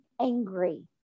angry